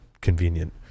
convenient